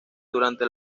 durante